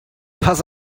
pass